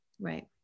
Right